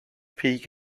peak